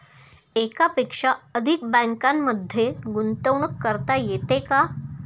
एकापेक्षा अधिक बँकांमध्ये गुंतवणूक करता येते का?